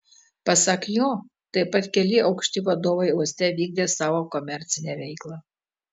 pasak jo taip pat keli aukšti vadovai uoste vykdė savo komercinę veiklą